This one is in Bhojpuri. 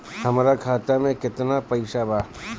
हमरा खाता में केतना पइसा बा?